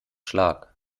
schlag